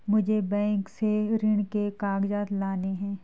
मुझे बैंक से ऋण के कागजात लाने हैं